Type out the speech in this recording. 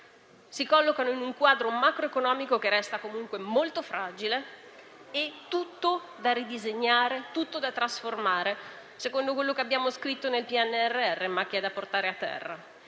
si collocano in un quadro macroeconomico che resta comunque molto fragile, tutto da ridisegnare e da trasformare secondo quanto abbiamo scritto nel PNRR, ma che è da portare a terra.